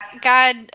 God